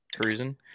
cruising